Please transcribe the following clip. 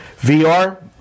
VR